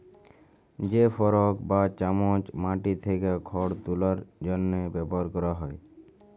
যে ফরক বা চামচ মাটি থ্যাকে খড় তুলার জ্যনহে ব্যাভার ক্যরা হয়